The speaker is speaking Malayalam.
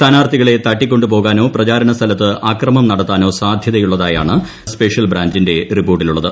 സ്ഥാനാർത്ഥികളെ തട്ടികൊണ്ടു പോകാനോ പ്രചാരണ സ്ഥലത്ത് അക്രമം നടത്താനോ സാധ്യതയുള്ളതായാണ് സ്പെഷ്യൽ ബ്രാഞ്ചിന്റെ റിപ്പോർട്ടിലുള്ളത്